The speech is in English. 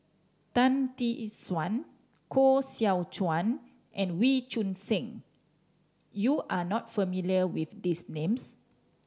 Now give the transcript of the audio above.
Tan Tee Suan Koh Seow Chuan and Wee Choon Seng you are not familiar with these names